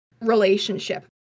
Relationship